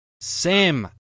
sam